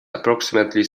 approximately